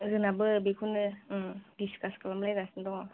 जोंनाबो बेखौनो डिसकास खालामलायगासिनो दङ